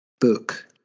book